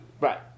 Right